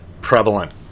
prevalent